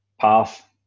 path